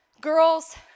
Girls